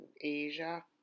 Asia